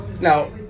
Now